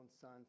son